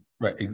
Right